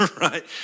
right